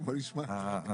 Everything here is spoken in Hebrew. בואי נשמע.